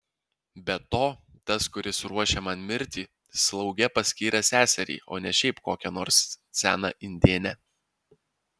be to tas kuris ruošia man mirtį slauge paskyrė seserį o ne šiaip kokią nors seną indėnę